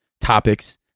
topics